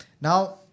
Now